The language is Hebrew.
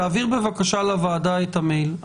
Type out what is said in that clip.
תעביר בבקשה לוועדה את המייל.